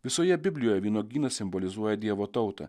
visoje biblijoje vynuogynas simbolizuoja dievo tautą